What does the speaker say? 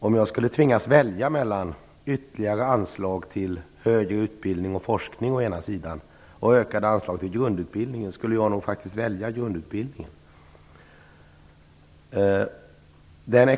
Om jag skulle tvingas välja mellan ytterligare anslag till högre utbildning och forskning å ena sidan och ökade anslag till grundutbildning å andra sidan, skulle jag nog faktiskt välja grundutbildningen.